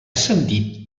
ascendit